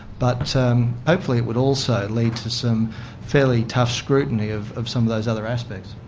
but so um hopefully it would also lead to some fairly tough scrutiny of of some of those other aspects.